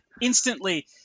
instantly